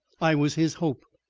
i was his hope.